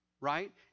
right